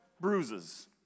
bruises